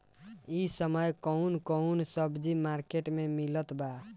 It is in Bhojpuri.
इह समय कउन कउन सब्जी मर्केट में मिलत बा?